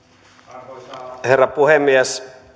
arvoisa herra puhemies